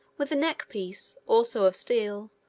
with a neck piece, also of steel,